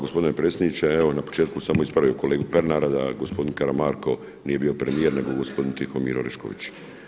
Gospodine predsjedniče, evo na početku sam ispravio kolegu Pernara da gospodin Karamarko nije bio premijer nego gospodin Tihomir Orešković.